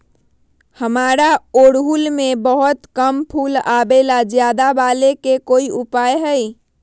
हमारा ओरहुल में बहुत कम फूल आवेला ज्यादा वाले के कोइ उपाय हैं?